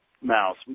mouse